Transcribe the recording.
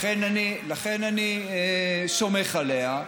לכן, אני סומך עליה,